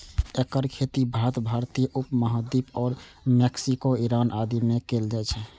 एकर खेती भारत, भारतीय उप महाद्वीप आ मैक्सिको, ईरान आदि मे कैल जाइ छै